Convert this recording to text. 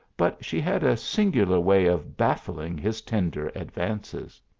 but she had a singular way of baffling his tender advances.